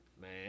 Man